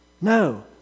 No